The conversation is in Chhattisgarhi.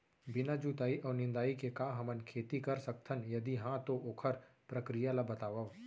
बिना जुताई अऊ निंदाई के का हमन खेती कर सकथन, यदि कहाँ तो ओखर प्रक्रिया ला बतावव?